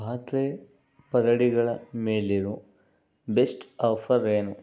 ಪಾತ್ರೆ ಪರಡಿಗಳ ಮೇಲಿರೋ ಬೆಸ್ಟ್ ಆಫರ್ ಏನು